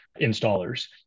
installers